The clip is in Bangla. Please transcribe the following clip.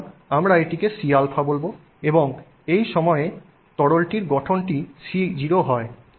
সুতরাং আমি এটিকে Cα বলবো এবং এই সময়ে তরলটির গঠনটি C0 হয়